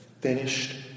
finished